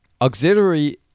auxiliary